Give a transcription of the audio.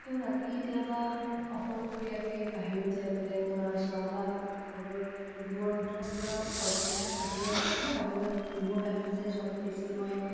ত' ৰাতি কেতিয়াবা অকলশৰীয়াকে বাহিৰত যাই পেলাই তৰা চোৱা বা ঘৰৰ ৰুমৰ ভিতৰ পৰাও চাব পাৰি বাত বাহিৰত অলপ বাহিৰত ৰূমৰ বাহিৰত যাই চোৱাতো বেছি মই